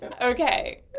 Okay